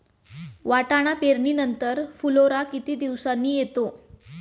वाटाणा पेरणी नंतर फुलोरा किती दिवसांनी येतो?